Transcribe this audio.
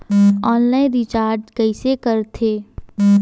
Online recharge कइसे करथे?